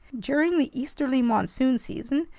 during the easterly monsoon season,